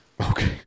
Okay